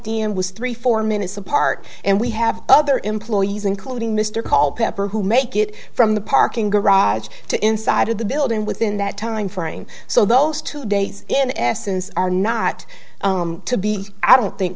m was three four minutes apart and we have other employees including mr call pepper who make it from the parking garage to inside of the building within that timeframe so those two days in essence are not to be i don't think